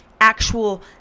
actual